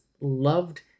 loved